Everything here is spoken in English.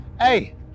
Hey